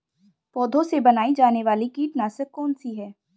पौधों से बनाई जाने वाली कीटनाशक कौन सी है?